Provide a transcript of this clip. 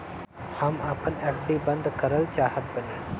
हम आपन एफ.डी बंद करल चाहत बानी